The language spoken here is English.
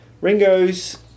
Ringo's